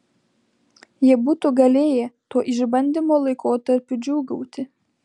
jie būtų galėję tuo išbandymo laikotarpiu džiūgauti